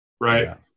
right